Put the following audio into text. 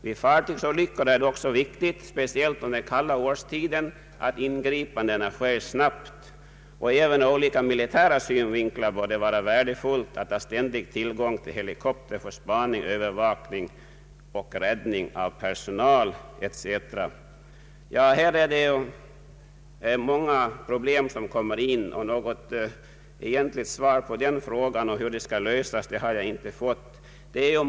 Vid fartygsolyckor är det också viktigt — speciellt under den kalla årstiden — att ingripandena sker snabbt. även ur olika militära synvinklar bör det vara värdefullt att ha ständig tillgång till helikopter för spaning, övervakning och räddning av personal etc.” Många problem kommer till, och något svar på hur de skall lösas har jag inte fått.